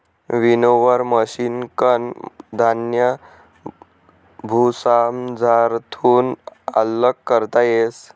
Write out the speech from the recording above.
winnower मशिनकन धान्य भुसामझारथून आल्लग करता येस